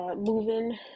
moving